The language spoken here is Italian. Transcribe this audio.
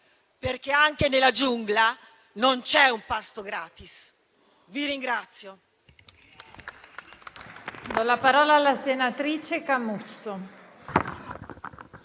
perché anche nella giungla non c'è un pasto gratis. Vi ringrazio.